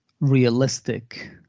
realistic